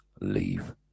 leave